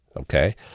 Okay